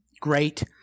Great